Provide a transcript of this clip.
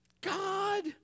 God